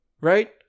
Right